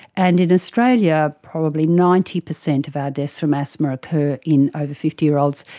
and in australia probably ninety percent of our deaths from asthma occur in over fifty year olds.